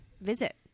visit